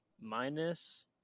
minus